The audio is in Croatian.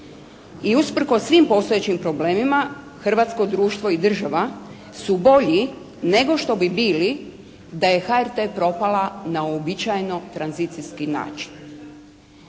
i usprkos svim postojećim problemima hrvatsko društvo i država su bolji nego što bi bili da je HRT propala na uobičajeno tranzicijski način.